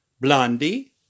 Blondie